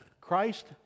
Christ